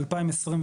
ב-2023,